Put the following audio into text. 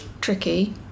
tricky